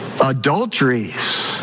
Adulteries